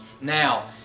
Now